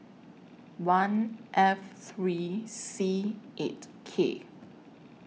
one F three C eight K